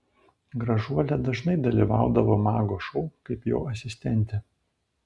gražuolė dažnai dalyvaudavo mago šou kaip jo asistentė